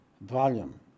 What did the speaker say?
volume